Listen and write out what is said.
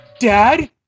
Dad